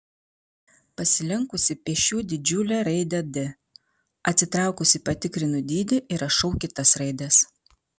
pasilenkusi piešiu didžiulę raidę d atsitraukusi patikrinu dydį ir rašau kitas raides